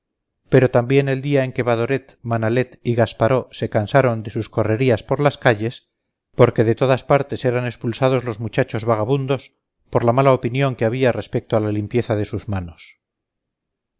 llegó también el día en que badoret manalet y gasparó se cansaron de sus correrías por las calles porque de todas partes eran expulsados los muchachos vagabundos por la mala opinión que había respecto a la limpieza de sus manos